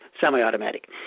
semi-automatic